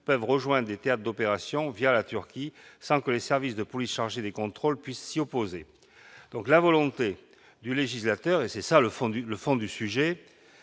peuvent rejoindre les théâtres d'opérations la Turquie, sans que les services de police chargés des contrôles puissent s'y opposer ». La volonté du législateur- c'est le fond du sujet